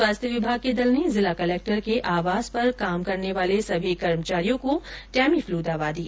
स्वास्थ्य विभाग के दल ने जिला कलेक्टर के आवास पर काम करने वाले सभी कर्मचारियों को टेमीफ्लू दवा दी